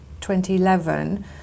2011